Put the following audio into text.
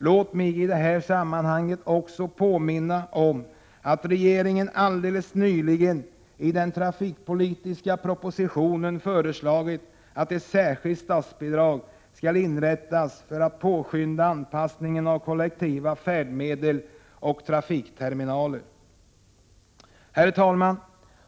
Låt mig i det här sammanhanget också påminna om att regeringen alldeles nyligen i den trafikpolitiska propositionen har föreslagit att ett särskilt statsbidrag skall inrättas för att påskynda anpassningen av kollektiva färdmedel och trafikterminaler. Herr talman!